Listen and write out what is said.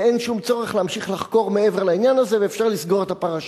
ואין שום צורך להמשיך לחקור מעבר לעניין הזה ואפשר לסגור את הפרשה.